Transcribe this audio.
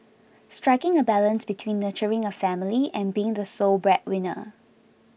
striking a balance between nurturing a family and being the sole breadwinner